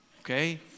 Okay